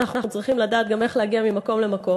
אנחנו צריכים לדעת גם איך להגיע ממקום למקום,